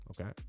Okay